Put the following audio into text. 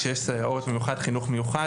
כאשר יש סייעות - במיוחד חינוך מיוחד